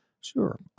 Sure